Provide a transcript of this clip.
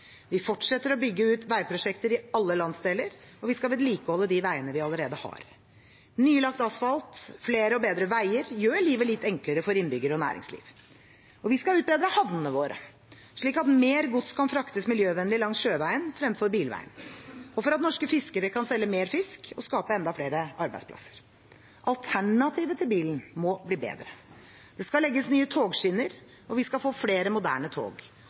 Vi fortsetter å bygge ut veiprosjekter i alle landsdeler, og vi skal vedlikeholde de veiene vi allerede har. Nylagt asfalt, flere og bedre veier gjør livet litt enklere for innbyggerne og for næringslivet. Vi skal utbedre havnene våre, slik at mer gods kan fraktes miljøvennlig langs sjøveien fremfor bilveien og for at norske fiskere kan selge mer fisk og skape enda flere arbeidsplasser. Alternativet til bilen må bli bedre. Det skal legges nye togskinner, og vi skal få flere moderne tog.